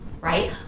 right